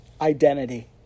identity